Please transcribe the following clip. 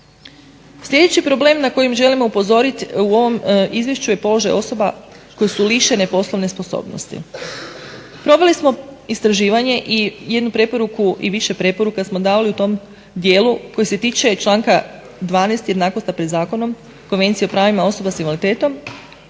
Sljedeći problem na koji želimo upozoriti u ovom izvješću je položaj osoba koje su lišene poslovne sposobnosti. Proveli smo istraživanje i jednu preporuku i više preporuka smo dali u tom dijelu koji se tiče članka 12. jednakosti pred zakonom Konvencije o pravima osoba s invaliditetom